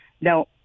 Now